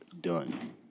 done